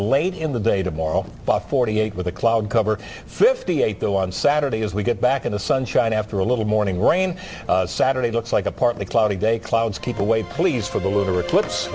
late in the day tomorrow by forty eight with the cloud cover fifty eight though on saturday as we get back in the sunshine after a little morning rain saturday looks like a partly cloudy day clouds keep away please